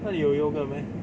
那里有 yogurt meh